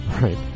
Right